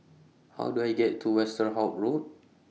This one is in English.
How Do I get to Westerhout Road